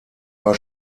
war